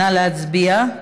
נא להצביע.